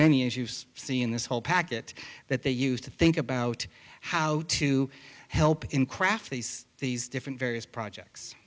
many as you see in this whole packet that they used to think about how to help in craft these these different various projects